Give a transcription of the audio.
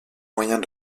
moyens